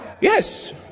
Yes